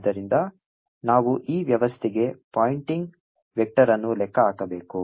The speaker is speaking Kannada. ಆದ್ದರಿಂದ ನಾವು ಈ ವ್ಯವಸ್ಥೆಗೆ ಪಾಯಿಂಟಿಂಗ್ ವೆಕ್ಟರ್ ಅನ್ನು ಲೆಕ್ಕ ಹಾಕಬೇಕು